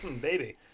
baby